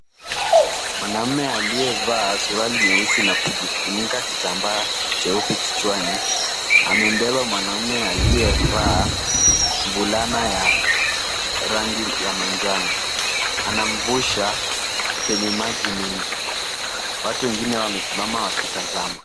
Mwanamme aliyevaa surali nyeusi na kujifunika kitambaa cheupe kichwani, amembeba mwanaume aliyevaa fulana ya rangi ya manjano. Ana mvusha, penye maji mengi. Watu wengine wamesimama wakitazama.